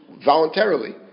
voluntarily